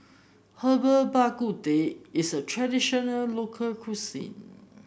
Herbal Bak Ku Teh is a traditional local cuisine